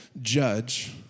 judge